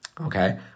Okay